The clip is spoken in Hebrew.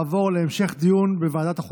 (תקיפת עובד ציבור שהוא מטפל או ממלא תפקיד